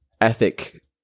ethic